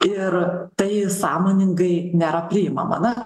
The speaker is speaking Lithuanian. ir tai sąmoningai nėra priimama na